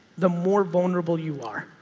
the more vulnerable you are.